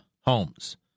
homes